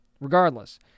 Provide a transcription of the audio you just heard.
regardless